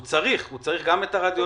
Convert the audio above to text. הוא צריך הוא צריך גם את הרדיולוג,